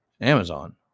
Amazon